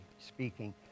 speaking